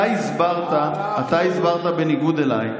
אתה הסברת, בניגוד אליי,